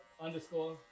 Underscore